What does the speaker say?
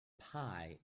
pie